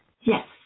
Yes